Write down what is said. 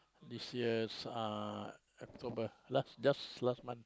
this year s~ uh October last just last month